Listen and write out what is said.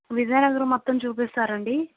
విజయనగరం మొత్తం చూపిస్తారా అండి